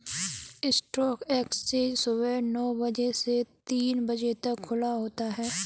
stock exchange सुबह नो बजे से तीन बजे तक खुला होता है